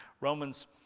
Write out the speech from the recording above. Romans